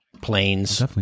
planes